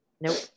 Nope